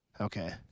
Okay